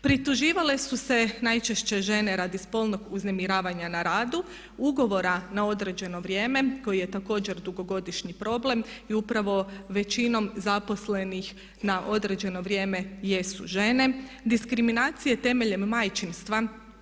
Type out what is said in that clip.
Prituživale su se najčešće žene radi spolnog uznemiravanja na radu, ugovora na određeno vrijeme koji je također dugogodišnji problem i upravo većinom zaposlenih na određeno vrijeme jesu žene, diskriminacije temeljem majčinstva.